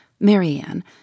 Marianne